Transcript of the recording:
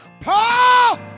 Paul